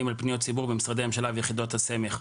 על פניות ציבור במשרדי הממשלה ויחידות הסמך.